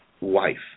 wife